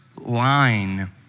line